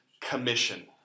Commission